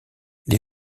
les